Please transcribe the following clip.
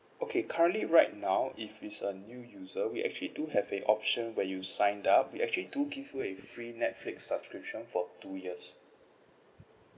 okay currently right now if it's a new user we actually do have a option where you sign up we actually do give you a free netflix subscription for two years